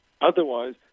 Otherwise